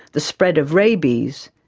the spread of rabies,